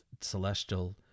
celestial